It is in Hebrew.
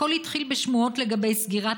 הכול התחיל בשמועות לגבי סגירת